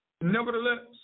Nevertheless